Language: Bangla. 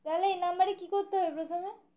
তাহলে এই নাম্বারে কি করতে হবে প্রথমে